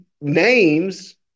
names